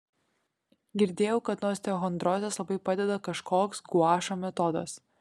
girdėjau kad nuo osteochondrozės labai padeda kažkoks guašo metodas